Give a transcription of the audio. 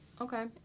Okay